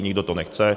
Nikdo to nechce.